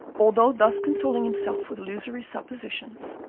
although thus consoling himself with illusory suppositions,